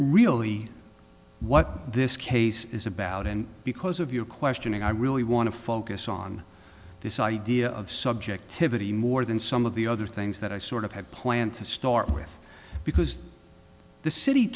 really what this case is about and because of your questioning i really want to focus on this idea of subjectivity more than some of the other things that i sort of had planned to start with because the city